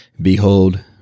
Behold